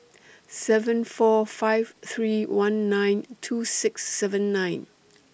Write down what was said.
seven four five three one nine two six seven nine